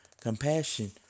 compassion